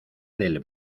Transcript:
del